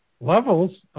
levels